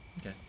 okay